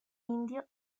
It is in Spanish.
indio